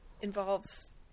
involves